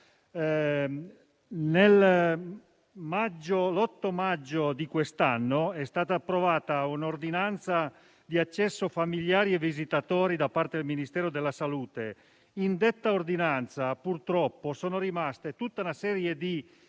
alle RSA. L'8 maggio di quest'anno è stata approvata un'ordinanza di accesso familiari e visitatori da parte del Ministero della salute. In detta ordinanza, purtroppo, è rimasta tutta una serie di